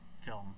film